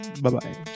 Bye-bye